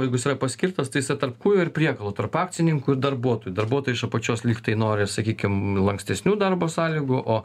jeigu jis yra paskirtas tai jisai tarp kūjo ir priekalo tarp akcininkų ir darbuotojų darbuotojai iš apačios lygtai nori sakykim lankstesnių darbo sąlygų o